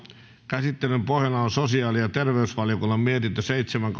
käsittelyn pohjana on sosiaali ja terveysvaliokunnan mietintö seitsemän